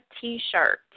T-shirt